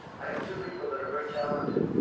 i have two people that are very talented.